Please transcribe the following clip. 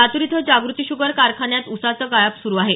लातूर इथं जागृती शूगर कारखान्यात ऊसाचं गाळप सुरू आहे